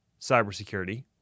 cybersecurity